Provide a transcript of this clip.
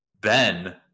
ben